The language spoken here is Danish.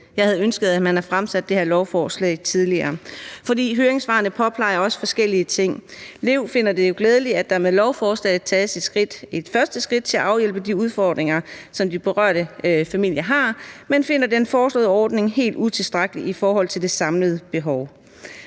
jeg havde ønsket, at man havde fremsat det her lovforslag tidligere, for høringssvarene påpeger også forskellige ting: LEV finder det glædeligt, at der med lovforslaget tages et første skridt til at afhjælpe de udfordringer, som de berørte familier har, men finder den foreslåede ordning helt utilstrækkelig i forhold til det samlede behov.